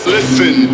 Listen